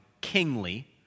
kingly